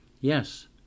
Yes